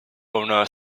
owner